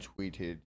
tweeted